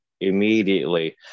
immediately